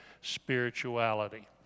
Spirituality